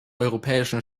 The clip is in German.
europäischen